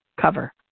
cover